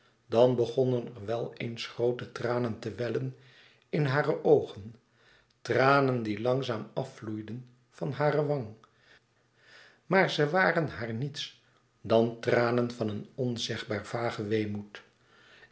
dan begonnen er wel eens groote tranen te wellen in hare oogen tranen die langzaam afvloeiden van hare wang maar ze waren haar niets dan tranen van een onzegbaar vagen